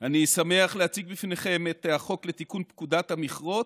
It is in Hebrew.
אני שמח להציג בפניכם את החוק לתיקון פקודת המכרות,